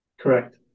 correct